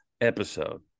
episode